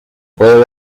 puede